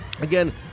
Again